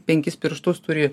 penkis pirštus turi